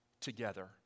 together